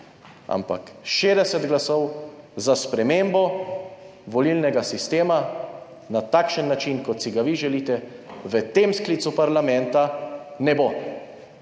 ampak 60 glasov za spremembo volilnega sistema na takšen način kot si ga vi želite v tem sklicu parlamenta ne bo.